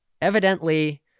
evidently